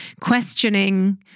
questioning